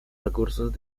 recursos